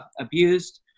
abused